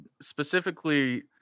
Specifically